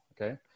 Okay